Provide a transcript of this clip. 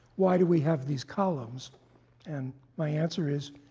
why do we have these columns and my answer is,